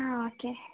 ആ ഓക്കേ